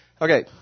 Okay